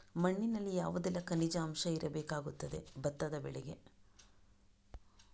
ಮಣ್ಣಿನಲ್ಲಿ ಯಾವುದೆಲ್ಲ ಖನಿಜ ಅಂಶ ಇರಬೇಕಾಗುತ್ತದೆ ಭತ್ತದ ಬೆಳೆಗೆ?